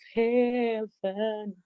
heaven